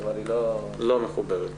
למה המשרד לשוויון חברתי לא נמצא בדיון?